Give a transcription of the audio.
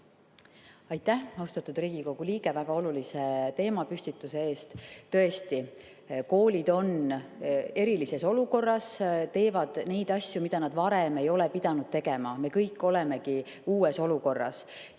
Aitäh, austatud Riigikogu liige, väga olulise teema püstituse eest! Tõesti, koolid on erilises olukorras, teevad neid asju, mida nad varem ei ole pidanud tegema. Me kõik olemegi uues olukorras